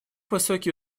высокие